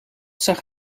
zag